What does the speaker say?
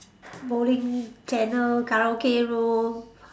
bowling channel karaoke room